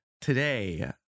today